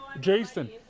Jason